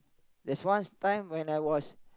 there's once time when I was